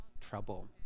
trouble